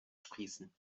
sprießen